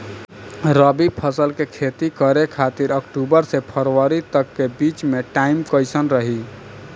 रबी फसल के खेती करे खातिर अक्तूबर से फरवरी तक के बीच मे टाइम कैसन रही?